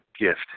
gift